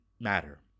matter